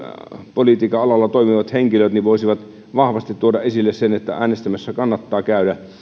politiikan alalla toimivat henkilöt voisivat vahvasti tuoda esille sen että äänestämässä kannattaa käydä